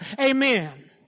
amen